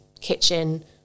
kitchen